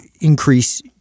increase